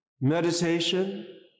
meditation